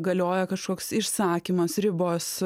galioja kažkoks išsakymas ribos